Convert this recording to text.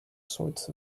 sorts